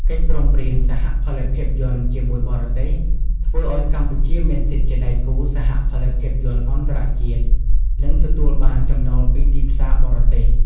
កិច្ចព្រមព្រៀងសហផលិតភាពយន្តជាមួយបរទេស ធ្វើឱ្យកម្ពុជាមានសិទ្ធិជាដៃគូសហផលិតភាពយន្តអន្តរជាតិ និងទទួលបានចំណូលពីទីផ្សារបរទេស។